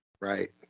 Right